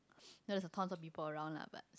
no there's a tons of people around lah but